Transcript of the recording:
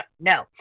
no